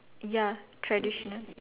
ya traditional